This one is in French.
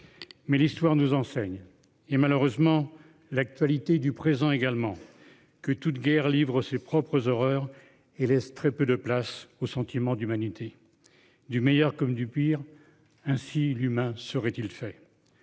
Mais l'histoire nous enseigne et malheureusement l'actualité du présent également que toute guerre livre ses propres horreur et laisse très peu de place au sentiment d'humanité. Du meilleur comme du pire. Ainsi l'humain serait-il fait.